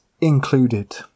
included